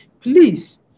Please